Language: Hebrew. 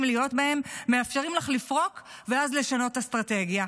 להיות בהם מאפשרים לך לפרוק ואז לשנות אסטרטגיה.